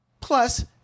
Plus